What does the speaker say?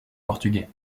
portugais